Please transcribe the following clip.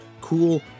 cool